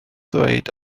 ddweud